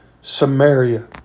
Samaria